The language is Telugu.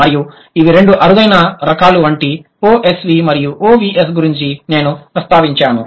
మరియు ఇవి రెండు అరుదైన రకాలు వంటి OSV మరియు OVS గురించి నేను ప్రస్తావించాను